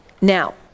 now